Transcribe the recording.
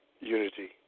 unity